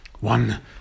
one